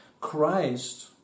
Christ